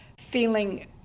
feeling